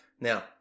Now